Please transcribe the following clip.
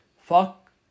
Fuck